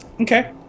Okay